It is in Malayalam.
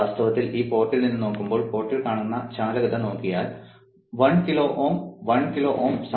വാസ്തവത്തിൽ ഈ പോർട്ടിൽ നിന്ന് നോക്കുമ്പോൾ പോർട്ടിൽ കാണുന്ന ചാലകത നോക്കിയാൽ നമുക്ക് 1 കിലോ Ω 1 കിലോ Ω സമാന്തരമായി കാണാം